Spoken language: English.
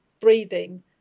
breathing